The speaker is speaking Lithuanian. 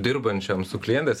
dirbančiam su klientais